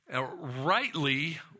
Rightly